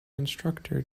instructor